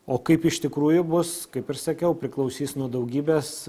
o kaip iš tikrųjų bus kaip ir sakiau priklausys nuo daugybės